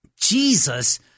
Jesus